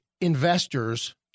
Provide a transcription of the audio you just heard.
investors